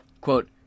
Quote